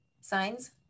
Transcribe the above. Signs